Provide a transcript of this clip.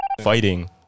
fighting